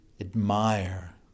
admire